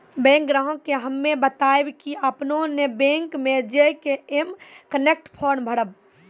bank ग्राहक के हम्मे बतायब की आपने ने बैंक मे जय के एम कनेक्ट फॉर्म भरबऽ